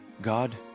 God